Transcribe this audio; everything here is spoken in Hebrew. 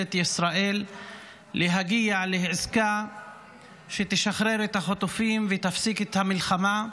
ומממשלת ישראל להגיע לעסקה שתשחרר את החטופים ותפסיק את המלחמה,